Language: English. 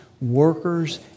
workers